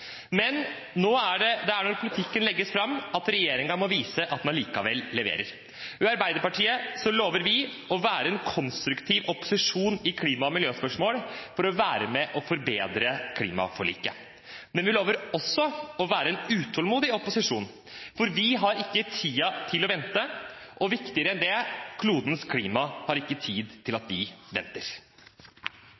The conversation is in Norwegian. Men det er når politikken legges fram at regjeringen må vise at den allikevel leverer. Fra Arbeiderpartiets side lover vi å være en konstruktiv opposisjon i klima- og miljøspørsmål, for å være med på å forbedre klimaforliket. Men vi lover også å være en utålmodig opposisjon, for vi har ikke tid til å vente – og viktigere enn det: Klodens klima har ikke tid til at